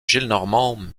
gillenormand